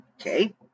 Okay